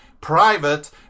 private